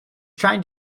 trying